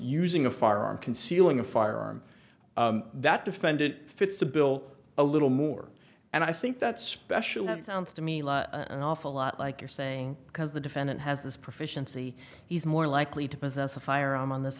using a firearm concealing a firearm that defend it fits the bill a little more and i think that special that sounds to me like an awful lot like you're saying because the defendant has this proficiency he's more likely to possess a firearm on this